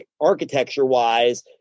architecture-wise